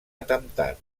atemptat